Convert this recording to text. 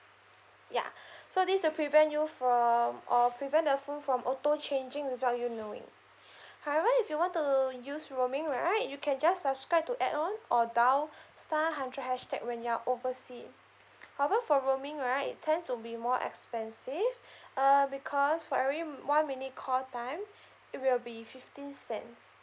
ya so this is to prevent you from or prevent the phone from auto changing without you knowing however if you want to use roaming right you can just subscribe to add on or dial star hundred hashtag when you are oversea however for roaming right it tend to be more expensive uh because for every one minute call time it will be fifteen cent